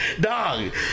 Dog